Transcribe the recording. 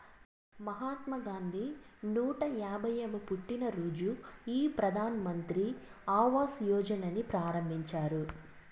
మహాత్మా గాంధీ నూట యాభైయ్యవ పుట్టినరోజున ఈ ప్రధాన్ మంత్రి ఆవాస్ యోజనని ప్రారంభించారు